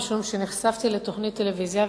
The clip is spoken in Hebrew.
משום שנחשפתי לתוכנית טלוויזיה,